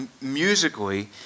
musically